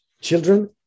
children